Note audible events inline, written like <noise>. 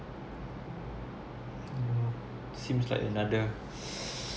seems like another <breath>